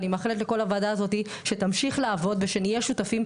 אני מאחלת לכל הוועדה הזאת שתמשיך לעבוד ושנהיה שותפות,